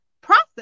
process